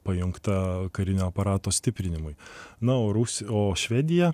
pajungta karinio aparato stiprinimui na o rus o švedija